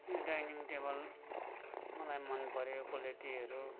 यो dining table मलाई मन पऱ्यो क्वालिटीहरू